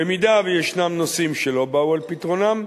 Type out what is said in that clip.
במידה שישנם נושאים שלא באו על פתרונם,